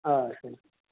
آسن